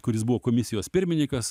kuris buvo komisijos pirmininkas